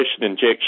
injection